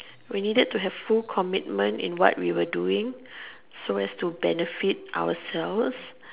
we needed to have full commitment in what we were doing so as to benefit ourselves